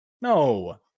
No